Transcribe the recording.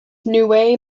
niue